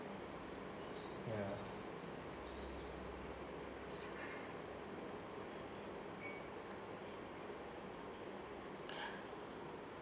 ya